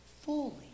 fully